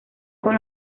con